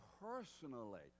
personally